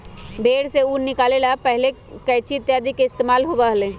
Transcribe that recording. भेंड़ से ऊन निकाले ला पहले कैंची इत्यादि के इस्तेमाल होबा हलय